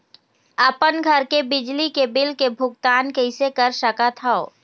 अपन घर के बिजली के बिल के भुगतान कैसे कर सकत हव?